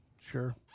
Sure